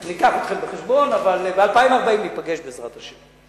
אני אקח אתכם בחשבון, ב-2040 ניפגש, בעזרת השם.